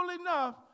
enough